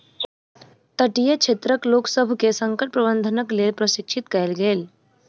तटीय क्षेत्रक लोकसभ के संकट प्रबंधनक लेल प्रशिक्षित कयल गेल